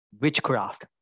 witchcraft